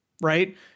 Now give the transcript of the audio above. Right